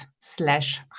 slash